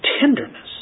tenderness